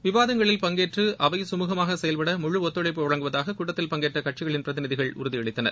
விவாதங்களில் பங்கேற்ற அவை சுமூகமாக செயல்பட முழு ஒத்துழைப்பு வழங்குவதாக கூட்டத்தில் பங்கேற்ற கட்சிகளின் பிரதிநிதிகள் உறுதியளித்தனர்